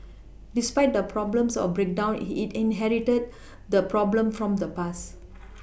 despite the problems of breakdowns he inherited the problem from the past